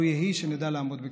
לו יהי שנדע לעמוד בכך.